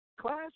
class